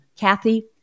Kathy